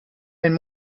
ein